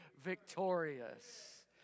victorious